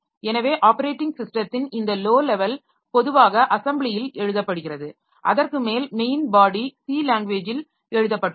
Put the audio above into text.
எனவே ஆப்பரேட்டிங் ஸிஸ்டத்தின் இந்த லோ லெவல் பொதுவாக அசெம்பிளியில் எழுதப்படுகிறது அதற்கு மேல் மெயின் பாடி C லாங்வேஜில் எழுதப்பட்டுள்ளது